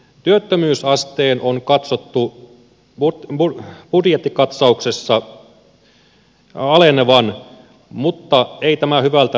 työttömyysasteen on katsottu budjettikatsauksessa alenevan mutta ei tämä hyvältä näytä